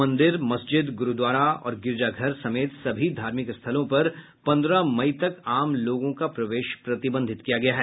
मंदिर मस्जिद गुरूद्वारा और गिरिजाघर समेत सभी धार्मिक स्थलों पर पन्द्रह मई तक आम लोगों का प्रवेश प्रतिबंधित किया गया है